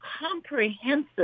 comprehensive